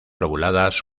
lobuladas